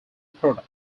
product